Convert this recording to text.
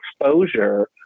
exposure